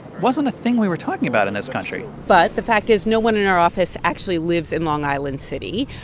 wasn't a thing we were talking about in this country but the fact is no one in our office actually lived in long island city,